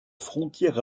frontière